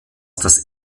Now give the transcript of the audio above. das